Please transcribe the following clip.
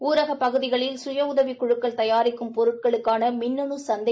ஊரகப் பகுதிகளில் சுய உதவிக்குழுக்கள் தயாரிக்கும் பொருட்களுக்கான மின்னனு சந்தை